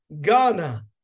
Ghana